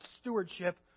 stewardship